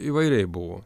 įvairiai buvo